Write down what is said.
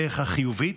בדרך החיובית,